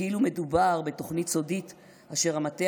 כאילו מדובר בתוכנית סודית אשר המטה